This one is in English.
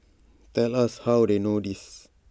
tell us how they know this